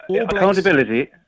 accountability